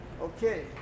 Okay